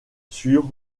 sur